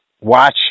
watch